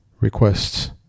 requests